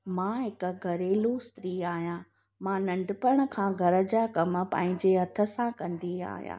मां हिक घरेलू स्त्री आहियां मां नंढपण खां घर जा कम पंहिंजे हथ सां कंदी आहियां